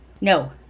No